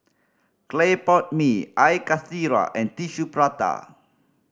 clay pot mee Air Karthira and Tissue Prata